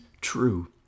true